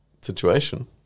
situation